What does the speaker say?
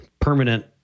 permanent